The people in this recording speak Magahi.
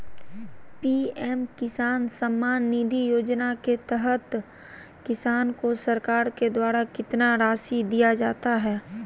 पी.एम किसान सम्मान निधि योजना के तहत किसान को सरकार के द्वारा कितना रासि दिया जाता है?